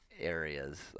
areas